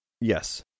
Yes